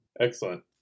Excellent